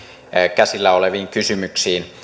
käsillä oleviin kysymyksiin